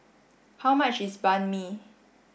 how much is Banh Mi